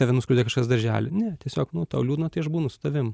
tave nuskriaudė kažkas daržely ne tiesiog nu tau liūdna tai aš būnu su tavim